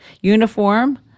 uniform